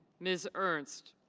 ms. ernst.